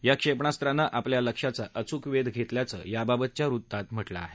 या क्षेपणास्त्राने आपल्या लक्ष्याचा अचूक वेध घेतल्याचं याबाबतच्या वृत्तात म्हटलं आहे